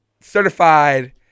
certified